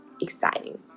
exciting